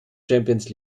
champions